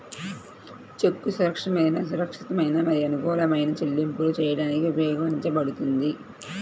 చెక్కు సురక్షితమైన, సురక్షితమైన మరియు అనుకూలమైన చెల్లింపులు చేయడానికి ఉపయోగించబడుతుంది